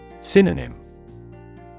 Synonym